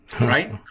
right